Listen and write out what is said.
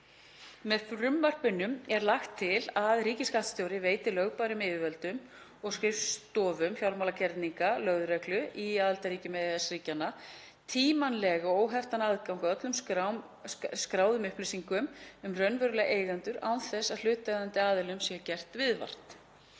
Með frumvarpinu er lagt til að ríkisskattstjóri veiti lögbærum yfirvöldum og skrifstofu fjármálagreininga lögreglu í aðildarríkjum EES-ríkjanna tímanlega óheftan aðgang að öllum skráðum upplýsingum um raunverulega eigendur án þess að hlutaðeigandi aðilum sé gert viðvart.